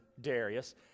Darius